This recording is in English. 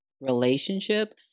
relationship